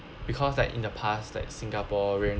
because like in the past like singaporeans